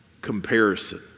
comparison